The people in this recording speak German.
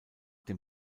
dem